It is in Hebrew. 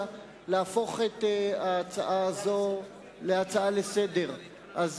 להפוך את ההצעה הזאת להצעה לסדר-היום.